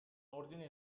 ordine